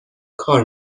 کار